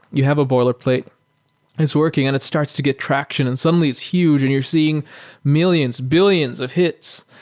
you have a boilerplate and it's working and it starts to get traction and suddenly it's huge and you're seeing millions, billions of hits.